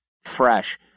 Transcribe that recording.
fresh